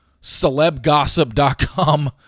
celebgossip.com